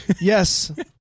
Yes